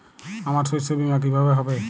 আমার শস্য বীমা কিভাবে হবে?